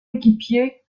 équipier